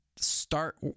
start